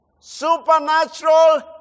Supernatural